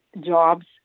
jobs